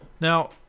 Now